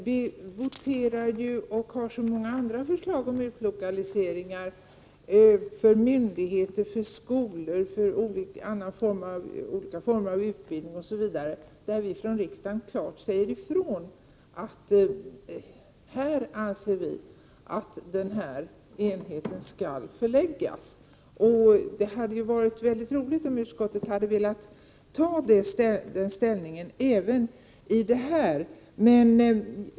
Vi voterar ju och har så många andra förslag om utlokalisering av myndigheter, skolor och andra former av utbildning, där vi från riksdagen klart säger att vi anser att enheten skall förläggas till en viss ort. Det hade varit mycket roligt om utskottet hade velat ta ställning även i det här fallet.